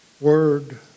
word